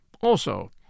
Also